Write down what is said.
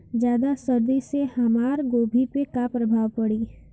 ज्यादा सर्दी से हमार गोभी पे का प्रभाव पड़ी?